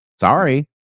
Sorry